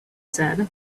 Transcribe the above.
said